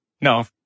no